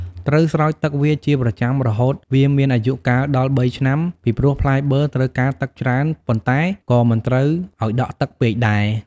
ត្រូវស្រោចទឹកវាជាប្រចាំរហូតវាមានអាយុកាលដល់៣ឆ្នាំ ពីព្រោះផ្លែបឺរត្រូវការទឹកច្រើនប៉ុន្តែក៏មិនត្រូវឱ្យដក់ទឹកពេកដែរ។